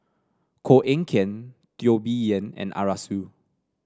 Koh Eng Kian Teo Bee Yen and Arasu